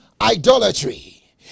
idolatry